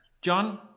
john